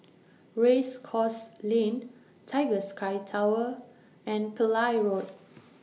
Race Course Lane Tiger Sky Tower and Pillai Road